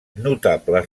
notables